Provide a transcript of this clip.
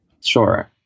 Sure